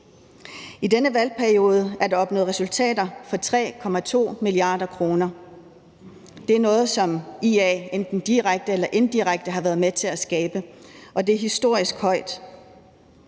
I denne valgperiode er der opnået resultater for 3,2 mia. kr. Det er noget, som IA enten direkte eller indirekte har været med til at skabe, og det er historisk højt.